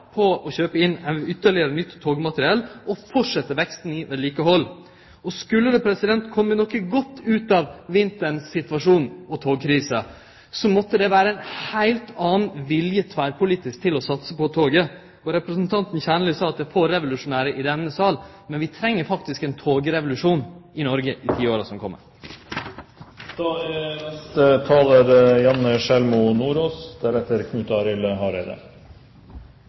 på å kjøpe inn ytterlegare nytt togmateriell og fortsetje veksten i vedlikehald. Skulle det kome noko godt ut av den situasjonen vi har hatt i vinter, med togkrise, måtte det vere ein heilt annan vilje tverrpolitisk til å satse på toget. Representanten Kjernli sa at det er få revolusjonære i denne salen, men vi treng faktisk ein togrevolusjon i Noreg i tiåra som